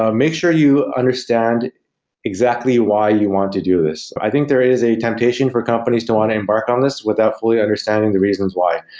ah make sure you understand exactly why you wanted to do this. i think there is a temptation for companies to want to embark on this without fully understanding the reasons why.